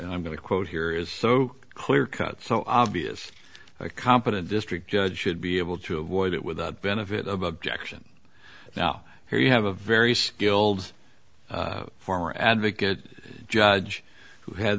and i'm going to quote here is so clear cut so obvious a competent district judge should be able to avoid it without benefit of objection now here you have a very skilled farmer advocate judge who had